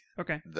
Okay